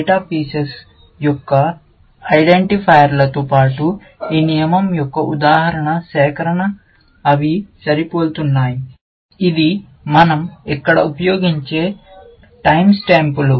data మూలకాల యొక్క ఐడెంటిఫైయర్లతో పాటు ఈ నియమం యొక్క ఉదాహరణ సేకరణ అవి సరిపోలుతున్నాయి ఇది మన০ ఇక్కడ ఉపయోగించే సమయ స్టాంపులు